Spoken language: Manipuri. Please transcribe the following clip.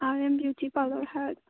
R M beauty parlour high